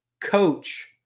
coach